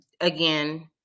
again